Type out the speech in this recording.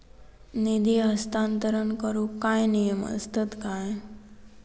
निधी हस्तांतरण करूक काय नियम असतत काय?